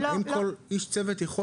האם כל איש צוות יכול